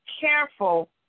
careful